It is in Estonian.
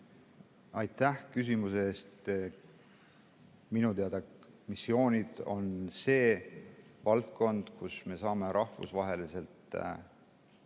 Aitäh küsimuse eest! Minu teada on missioonid see valdkond, kus me saame rahvusvaheliselt pildil